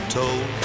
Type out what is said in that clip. told